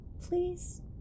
please